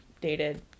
dated